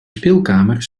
speelkamer